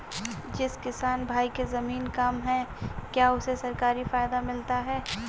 जिस किसान भाई के ज़मीन कम है क्या उसे सरकारी फायदा मिलता है?